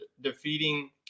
defeating